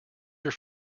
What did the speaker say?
your